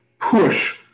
push